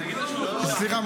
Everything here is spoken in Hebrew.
סליחה,